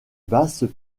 basses